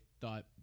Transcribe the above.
thought